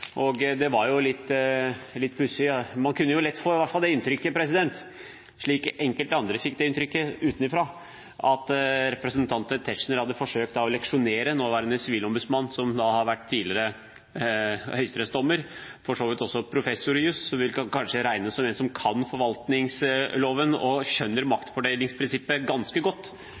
og det var litt pussig – man kunne i hvert fall lett få det inntrykket, slik enkelte andre fikk det inntrykket utenfra – at representanten Tetzschner da hadde forsøkt å belære nåværende sivilombudsmann, som har vært tidligere høyesterettsdommer og for så vidt også professor i juss, og kanskje vil regnes som en som kan forvaltningsloven og skjønner maktfordelingsprinsippet ganske godt.